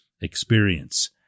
experience